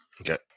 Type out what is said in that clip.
Okay